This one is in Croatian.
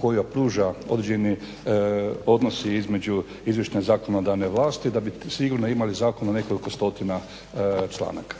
koja pruža određeni odnosi između izvršne i zakonodavne vlasti da bi sigurno imali zakon na nekoliko stotina članaka.